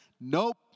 Nope